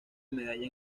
medalla